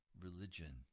religion